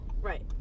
Right